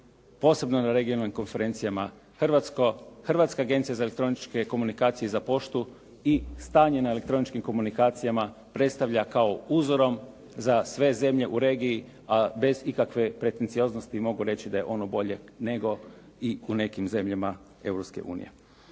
posebno na regionalnim konferencijama Hrvatska agencija za elektroničke komunikacije i za poštu i stanje na elektroničkim komunikacijama predstavlja kao uzorom za sve zemlje u regiji, a bez ikakve pretencioznosti mogu reći da je ono bolje nego i u nekim zemljama